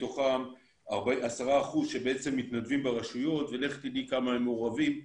מתוכם 10% שמתנדבים ברשויות ולכי תדעי כמה הם מעורבים,